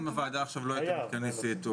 אם הוועדה לא הייתה מתכנסת עכשיו,